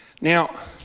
Now